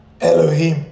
Elohim